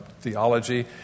theology